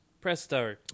Presto